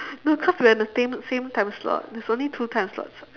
no cause we're in the same same time slot there's only two time slots ah